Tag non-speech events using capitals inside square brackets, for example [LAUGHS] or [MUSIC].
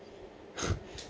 [LAUGHS]